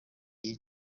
yica